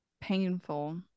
painful